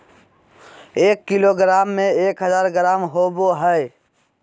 एक किलोग्राम में एक हजार ग्राम होबो हइ